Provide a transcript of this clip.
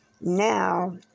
Now